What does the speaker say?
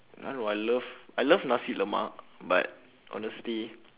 I don't know I love I love nasi lemak but honestly